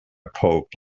pope